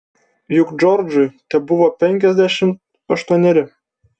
juk džordžui tebuvo penkiasdešimt aštuoneri